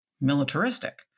militaristic